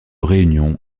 réunion